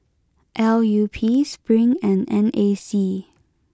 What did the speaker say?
L U P Spring and N A C